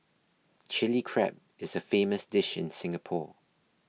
Chilli Crab is a famous dish in Singapore